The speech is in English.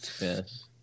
Yes